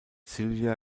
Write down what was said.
sylvia